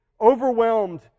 overwhelmed